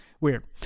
weird